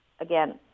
again